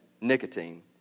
nicotine